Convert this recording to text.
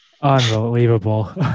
Unbelievable